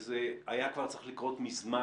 וזה היה כבר צריך לקרות מזמן,